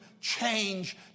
change